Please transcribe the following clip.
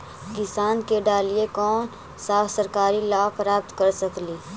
किसान के डालीय कोन सा सरकरी लाभ प्राप्त कर सकली?